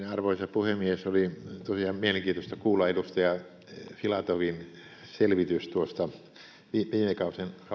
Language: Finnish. arvoisa puhemies oli tosiaan mielenkiintoista kuulla edustaja filatovin selvitys viime kauden